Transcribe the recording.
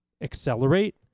accelerate